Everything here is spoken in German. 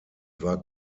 war